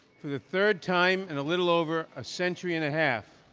for the third time in a little over a century and a half,